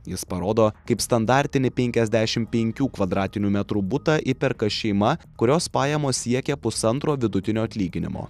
jis parodo kaip standartinį penkiasdešimt penkių kvadratinių metrų butą įperka šeima kurios pajamos siekia pusantro vidutinio atlyginimo